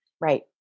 Right